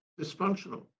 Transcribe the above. dysfunctional